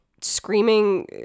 screaming